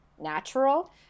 natural